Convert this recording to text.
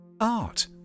Art